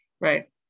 right